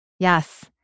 Yes